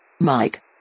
Mike